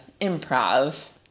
improv